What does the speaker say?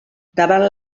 davant